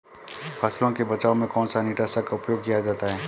फसलों के बचाव में कौनसा कीटनाशक का उपयोग किया जाता है?